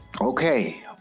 Okay